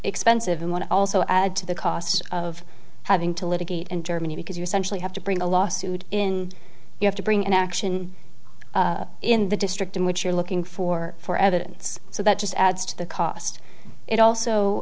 expensive and want to also add to the cost of having to litigate in germany because you centrally have to bring a lawsuit in you have to bring an action in the district in which you're looking for for evidence so that just adds to the cost it also